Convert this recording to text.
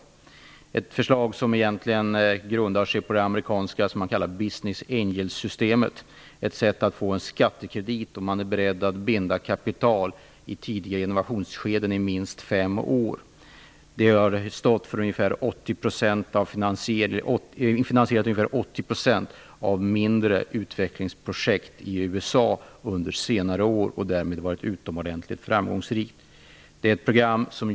Detta förslag grundar sig på det amerikanska s.k. business-angel-systemet, som är ett sätt att få en skattekredit om man är beredd att i minst fem år binda kapital i tidiga innovationsskeden. Det har stått för finansieringen av ungefär 80 % av mindre utvecklingsprojekt i USA under senare år och har därmed varit utomordentligt framgångsrikt.